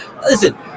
Listen